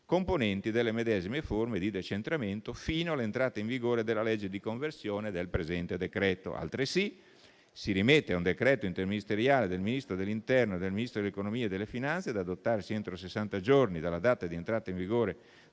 componenti delle medesime forme di decentramento fino all'entrata in vigore della legge di conversione del presente decreto. Altresì si rimette a un decreto interministeriale del Ministro dell'interno e del Ministro dell'economia e delle finanze, da adottare entro sessanta giorni dalla data di entrata in vigore